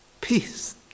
peace